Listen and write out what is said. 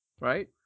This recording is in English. right